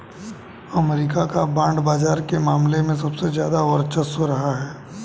अमरीका का बांड बाजार के मामले में सबसे ज्यादा वर्चस्व रहा है